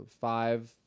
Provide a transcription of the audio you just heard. Five